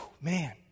Man